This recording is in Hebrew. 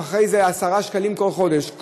ואחרי זה ב-10 שקלים כל חודש.